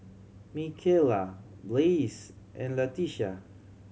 Mikaela Blaise and Latisha